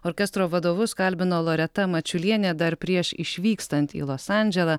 orkestro vadovus kalbino loreta mačiulienė dar prieš išvykstant į los andželą